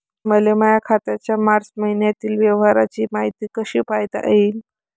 मले माया खात्याच्या मार्च मईन्यातील व्यवहाराची मायती कशी पायता येईन?